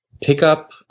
pickup